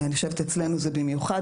אני חושבת אצלנו זה במיוחד.